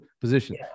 position